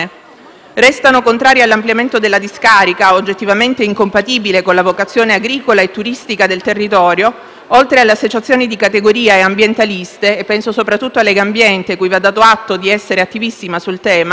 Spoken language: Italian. Restano contrarie all'ampliamento della discarica, oggettivamente incompatibile con la vocazione agricola e turistica del territorio, oltre alle associazioni di categoria e ambientaliste - penso soprattutto a Legambiente, cui va dato atto di essere attivissima sul tema